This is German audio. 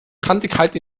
kantigkeit